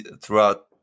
throughout